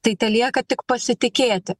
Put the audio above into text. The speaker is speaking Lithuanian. tai telieka tik pasitikėti